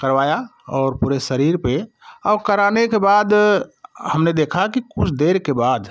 करवाया और पूरे शरीर पर औ कराने के बाद हमने देखा की कुछ देर के बाद